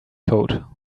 code